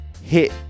hit